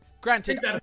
granted